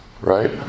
right